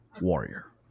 Warrior